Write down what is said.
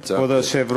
נמצא?